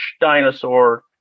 dinosaur